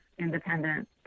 independent